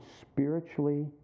spiritually